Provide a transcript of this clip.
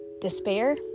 Despair